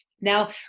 Now